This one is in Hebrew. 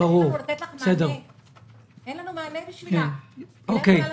היא לא הלכה ללימודים.